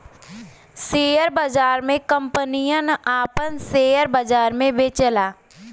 share बाजार मे कंपनियन आपन सेअर बाजार मे बेचेला